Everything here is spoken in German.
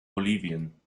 bolivien